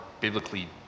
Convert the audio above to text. biblically